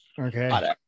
okay